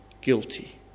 guilty